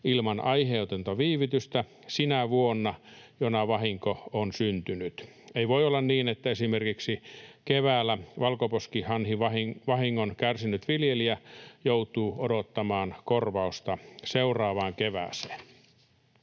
ilman aiheetonta viivytystä sinä vuonna, jona vahinko on syntynyt. Ei voi olla niin, että esimerkiksi keväällä valkoposkihanhivahingon kärsinyt viljelijä joutuu odottamaan korvausta seuraavaan kevääseen.